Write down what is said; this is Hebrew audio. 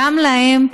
גם להם,